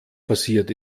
passiert